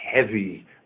heavy